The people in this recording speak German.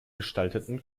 gestalteten